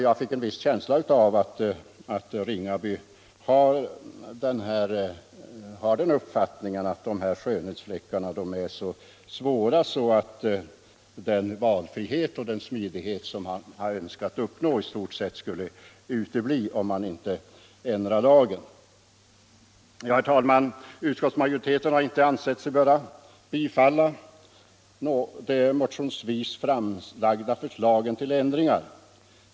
Jag fick en viss känsla av att herr Ringaby har den uppfattningen att de här skönhetsfläckarna är så svåra att den valfrihet och den smidighet som man önskat uppnå i stort sett skulle utebli om man inte ändrar lagen. Herr talman! Utskottsmajoriteten har inte ansett sig böra biträda de motionsvis framlagda förslagen till ändringar.